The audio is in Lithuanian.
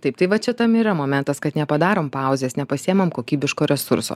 taip taip tai va čia tam yra momentas kad nepadarom pauzės nepasiimam kokybiško resurso